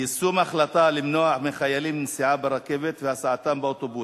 יישום ההחלטה למנוע מחיילים נסיעה ברכבת ולהסיעם באוטובוסים,